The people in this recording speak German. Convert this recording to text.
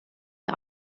der